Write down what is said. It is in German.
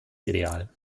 ideal